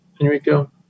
enrico